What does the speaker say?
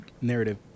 narrative